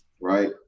right